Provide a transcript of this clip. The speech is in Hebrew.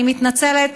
אני מתנצלת,